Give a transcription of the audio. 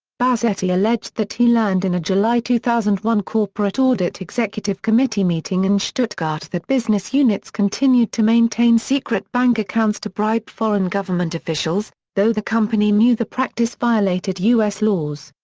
bazzetta alleged that he learned in a july two thousand and one corporate audit executive committee meeting in stuttgart that business units continued to maintain secret bank accounts to bribe foreign government officials, though the company knew the practice violated u s. laws.